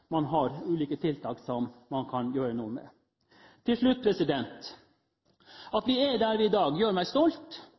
man har ulike tiltak man kan gjøre noe med. Til slutt: At vi er der vi er i dag, gjør meg stolt,